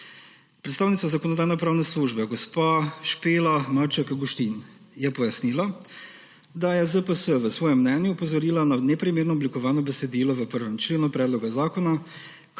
Predstavnica Zakonodajno-pravne službe gospa Špela Maček Guštin je pojasnila, da je ZPS v svojem mnenju opozorila na neprimerno oblikovano besedilo v 1. členu predloga zakona,